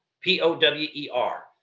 P-O-W-E-R